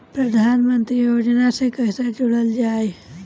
प्रधानमंत्री योजना से कैसे जुड़ल जाइ?